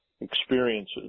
experiences